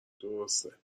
درسته